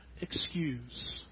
excuse